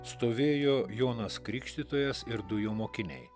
stovėjo jonas krikštytojas ir du jo mokiniai